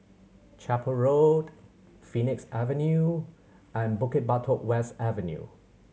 Chapel Road Phoenix Avenue and Bukit Batok West Avenue